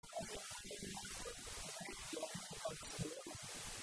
מה שנותר לנו לעשות זה להבין את האוקסימורון הזה